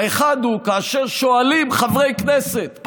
האחד הוא כאשר שואלים חברי כנסת,